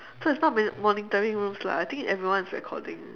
so it's not moni~ monitoring rooms lah I think everyone's recording